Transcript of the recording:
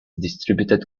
distributed